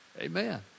Amen